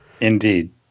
indeed